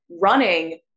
running